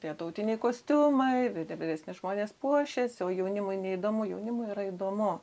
tie tautiniai kostiumai ir vyresni žmonės puošėsi o jaunimui neįdomu jaunimui yra įdomu